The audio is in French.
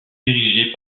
dirigées